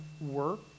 work